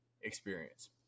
experience